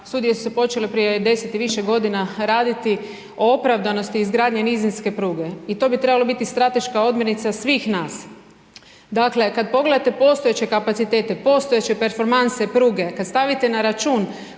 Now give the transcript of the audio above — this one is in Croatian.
studije su se počele prije 10 i više godina raditi o opravdanosti izgradnje nizinske pruge. I to bi trebala biti strateška odmjernica svih nas. Dakle, kada pogledate postojeće kapacitete, postojeće performanse pruge, kada stavite na račun